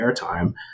airtime